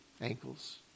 ankles